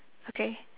okay